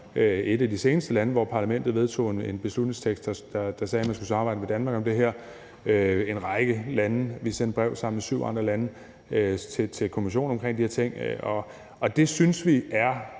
et af de seneste lande, hvor parlamentet har vedtaget en beslutningstekst, der siger, at man skal samarbejde med Danmark om det her. Der er i den forbindelse tale om en række lande, og vi sendte brev sammen med syv andre lande til Kommissionen om de her ting. Det synes vi er